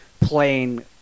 playing